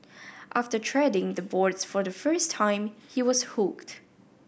after treading the boards for the first time he was hooked